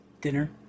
dinner